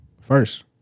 first